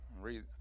read